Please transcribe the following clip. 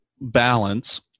balance